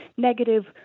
negative